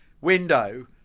window